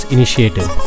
Initiative